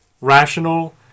rational